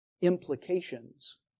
implications